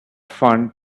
fund